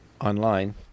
online